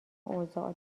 اوضاع